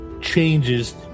changes